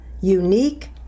unique